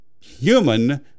human